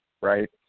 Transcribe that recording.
Right